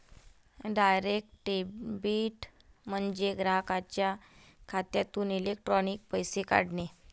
direct debit म्हणजे ग्राहकाच्या खात्यातून इलेक्ट्रॉनिक पैसे काढणे